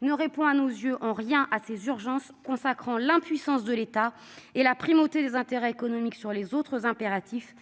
ne répond à nos yeux en rien à ces urgences consacrant l'impuissance de l'État et la primauté des intérêts économiques sur les autres impératifs,